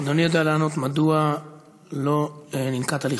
אדוני יודע לענות מדוע לא ננקט הליך